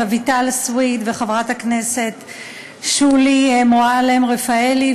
רויטל סויד ושולי מועלם-רפאלי,